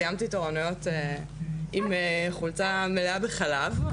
סיימתי תורנויות עם חולצה מלאה בחלב,